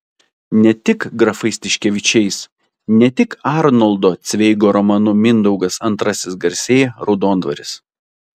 ne tik grafais tiškevičiais ne tik arnoldo cveigo romanu mindaugas ii garsėja raudondvaris